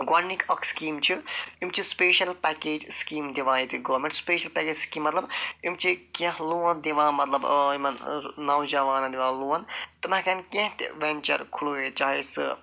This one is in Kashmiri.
گۄڈٕنیُک اَکھ سِکیٖم چھِ یِم چھِ سُپیشل پیکیج سِکیٖم دِوان ییٚتہِ گورمٮ۪نٛٹ سُپیشل پیکیج سکیٖم مطلب یِم چھِ کیٚنٛہہ لون دِوان مطلب یِمن نوجوانن دِوان لون تِم ہٮ۪کن کیٚنٛہہ تہِ وینچر کھُلٲوِتھ چاہے سُہ